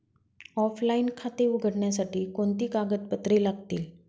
Offline खाते उघडण्यासाठी कोणती कागदपत्रे लागतील?